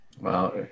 Wow